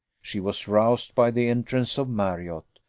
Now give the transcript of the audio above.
she was roused by the entrance of marriott,